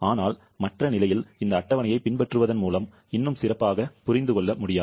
ஆனால் மற்ற நிலையில் இந்த அட்டவணையைப் பின்பற்றுவதன் மூலம் இன்னும் சிறப்பாக புரிந்து கொள்ள முடியாது